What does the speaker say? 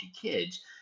kids